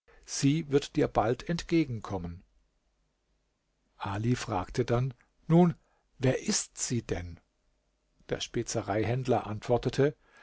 sie wird dir bald entgegenkommen ali fragte dann nun wer ist sie denn der spezereihändler antwortete